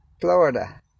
Florida